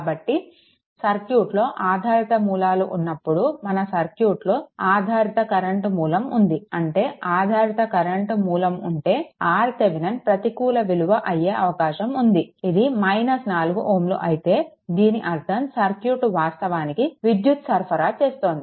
కాబట్టి సర్క్యూట్లో ఆధారిత మూలాలు ఉన్నప్పుడు మన సర్క్యూట్లో ఆధారిత కరెంట్ మూలం ఉంది అంటే ఆధారిత కరెంట్ మూలం ఉంటే RThevenin ప్రతికూల విలువ అయ్యే అవకాశం ఉంది ఇది 4Ω అయితే దీని అర్ధం సర్క్యూట్ వాస్తవానికి విద్యుత్ సరఫరా చేస్తోంది